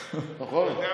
נכון?